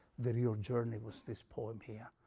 the real journey was this poem here.